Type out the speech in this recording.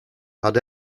had